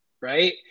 right